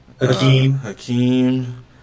Hakeem